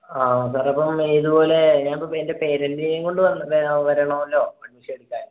ആ സാറേ അപ്പം ഇതുപോലെ ഞാൻ ഇപ്പോൾ എൻ്റെ പേരൻറ്റിനെയും കൊണ്ട് വരണമല്ലൊ അഡ്മിഷൻ എടുക്കാൻ